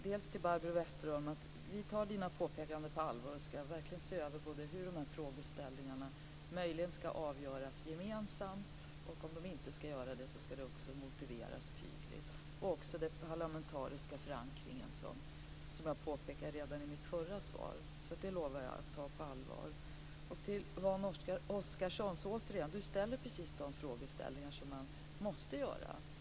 Vi tar Barbro Westerholms påpekanden på allvar, och vi skall se över huruvida frågorna skall avgöras gemensamt - om inte, skall det motiveras tydligt. Det skall också vara en parlamentarisk förankring - och det lovade jag att ta på allvar i mitt svar. Yvonne Oscarsson ställer de frågor som måste ställas.